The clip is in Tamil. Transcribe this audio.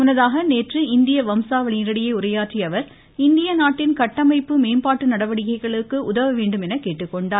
முன்னதாக நேற்று இந்திய வம்சாவளியினரிடையே உரையாற்றிய அவர் இந்திய நாட்டின் கட்டமைப்பு மேம்பாட்டு நடவடிக்கைகளுக்கு உதவ வேண்டும் என்று கேட்டுக்கொண்டார்